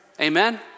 Amen